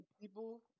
people